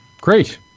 great